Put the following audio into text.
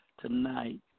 tonight